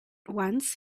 once